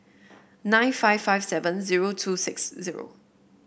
nine five five seven zero two six zero